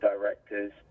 directors